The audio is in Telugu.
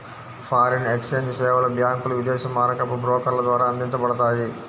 ఫారిన్ ఎక్స్ఛేంజ్ సేవలు బ్యాంకులు, విదేశీ మారకపు బ్రోకర్ల ద్వారా అందించబడతాయి